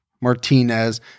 Martinez